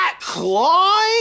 clawing